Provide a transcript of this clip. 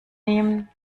nehmen